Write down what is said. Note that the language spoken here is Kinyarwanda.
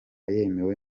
yemewe